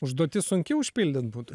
užduotis sunki užpildyt būtų